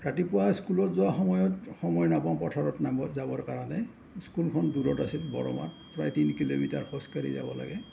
ৰাতিপুৱা স্কুলত যোৱা সময়ত সময় নাপাওঁ পথাৰত নামিবৰ যাবৰ কাৰণে স্কুলখন দূৰত আছিল বৰমাত প্ৰায় তিনি কিলোমিটাৰ খোজকাঢ়ি যাব লাগে